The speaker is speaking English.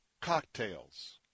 cocktails